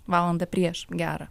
valandą prieš gerą